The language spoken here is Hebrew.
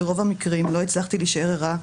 ברוב המקרים לא הצלחתי להישאר ערה,